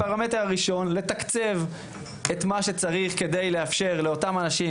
הפרמטר הראשון הוא לתקצב את מה שצריך כדי לאפשר לאנשים